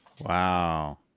Wow